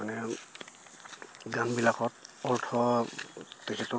মানে গানবিলাকত অৰ্থ